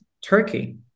Turkey